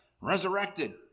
resurrected